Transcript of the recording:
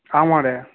आम् महोदय